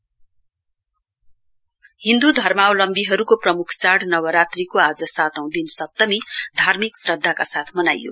festival Saptami Hindu धर्मावलम्बीहरूको प्रम्ख चाढ नरात्रीको आज सातौं दिन सप्तमी धार्मिक श्रद्धाका साथ मनाइयो